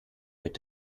mit